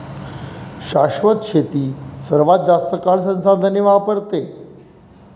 शाश्वत शेती सर्वात जास्त काळ संसाधने वापरते